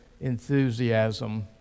enthusiasm